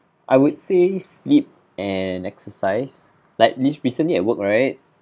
I would say sleep and exercise like re~ recently I worked right